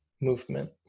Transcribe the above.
movement